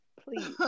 please